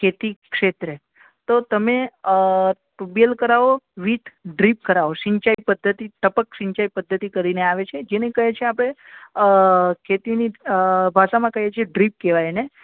ખેતી ક્ષેત્રે તો તમે ટુબેલ કરાવો વિટ ડ્રિપ કરાવો સિંચાઈ પધ્ધતિ ટપક સિંચાઈ પધ્ધતિ કરીને આવે છે જેને કહે છે આપણે ખેતીની ભાષામાં કહીએ છે ડ્રિપ કહેવાય એને